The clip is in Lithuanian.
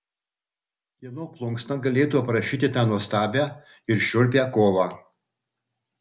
kieno plunksna galėtų aprašyti tą nuostabią ir šiurpią kovą